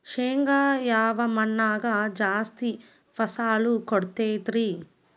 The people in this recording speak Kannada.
ಶೇಂಗಾ ಯಾವ ಮಣ್ಣಾಗ ಜಾಸ್ತಿ ಫಸಲು ಕೊಡುತೈತಿ?